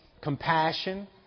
compassion